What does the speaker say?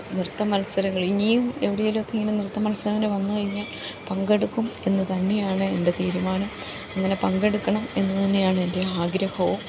നൃത്തമത്സരങ്ങൾ ഇനിയും എവിടെയെങ്കിലൊക്കെ ഇങ്ങനെ നൃത്തമത്സരത്തിന് വന്നു കഴിഞ്ഞാൽ പങ്കെടുക്കും എന്നു തന്നെയാണ് എൻ്റെ തീരുമാനം അങ്ങനെ പങ്കെടുക്കണം എന്നു തന്നെയാണ് എൻ്റെ ആഗ്രഹവും